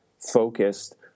focused